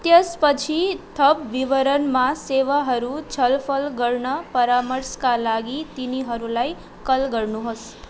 त्यसपछि थप विवरणमा सेवाहरू छलफल गर्न परामर्शका लागि तिनीहरूलाई कल गर्नुहोस्